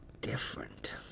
different